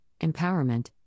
empowerment